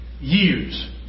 years